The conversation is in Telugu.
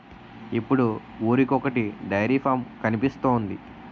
ఇప్పుడు ఊరికొకొటి డైరీ ఫాం కనిపిస్తోంది